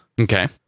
Okay